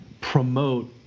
promote